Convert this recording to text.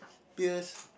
peers